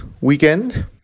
weekend